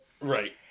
Right